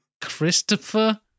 Christopher